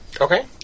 Okay